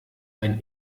ein